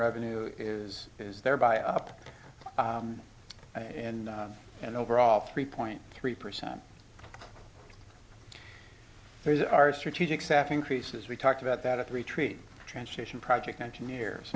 revenue is is there by up in an overall three point three percent here's our strategic staff increases we talked about that at the retreat transportation project engineers